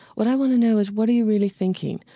what i want to know is what are you really thinking?